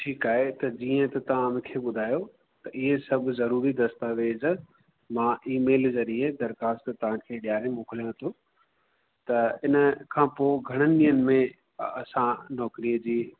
ठीकु आहे त जीअं त तव्हां मूंखे ॿुधायो त इहो सभु ज़रूरी दस्तावेज़ मां ई मेल ज़रिए दरख़्वास्त तव्हां खे ॾियारे मिकिलियांव थो त इन खां पोइ घणनि ॾींहंनि में असां नौकरीअ जी